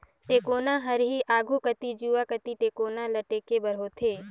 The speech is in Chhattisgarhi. टेकोना हर ही आघु कती जुवा कती टेकोना ल टेके बर होथे